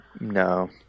No